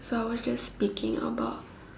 so I was just speaking about